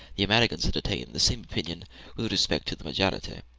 the americans entertain the same opinion with respect to the majority.